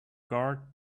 guard